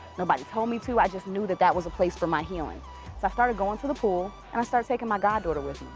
nobody told me to, i just knew that that was a place for my healing. so i started going to the pool, and i started taking my goddaughter with me.